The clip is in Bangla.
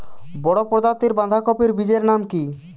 বড় প্রজাতীর বাঁধাকপির বীজের নাম কি?